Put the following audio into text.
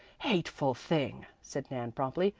hateful thing! said nan promptly.